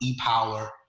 EPOWER